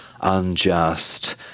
unjust